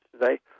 today